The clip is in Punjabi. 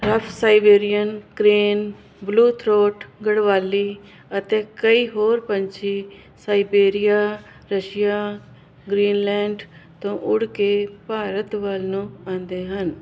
ਰਫਸਾਈਬੇਰੀਅਨ ਕਰੇਨ ਬਲੂ ਥਰੋਟ ਗੜਵਾਲੀ ਅਤੇ ਕਈ ਹੋਰ ਪੰਛੀ ਸਾਈਪੇਰੀਆ ਰਸ਼ੀਆ ਗਰੀਨਲੈਂਡ ਤੋਂ ਉੜ ਕੇ ਭਾਰਤ ਵੱਲ ਨੂੰ ਆਉਂਦੇ ਹਨ